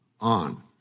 on